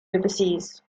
overseas